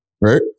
right